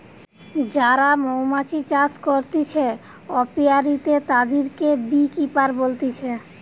যারা মৌমাছি চাষ করতিছে অপিয়ারীতে, তাদিরকে বী কিপার বলতিছে